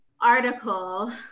article